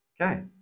Okay